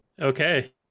Okay